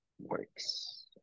works